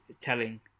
telling